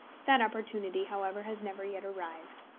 that opportunity, however, has never yet arrived.